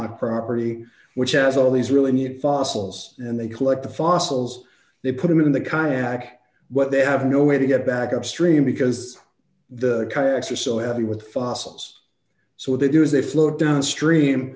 limit property which has all these really neat fossils and they collect the fossils they put them in the kayak but they have no way to get back upstream because the kayaks are so heavy with fossils so what they do is they float downstream